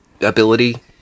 ability